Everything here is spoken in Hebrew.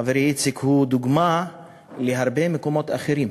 חברי איציק הוא דוגמה להרבה מאוד מקומות אחרים